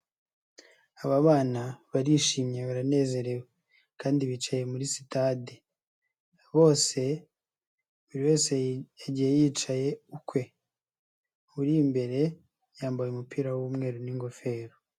Aba bana barishimye baranezerewe kandi bicaye muri sitade, bose buri wese yagiye yicaye ukwe, uri imbere yambaye umupira w'umweru n'ingofero.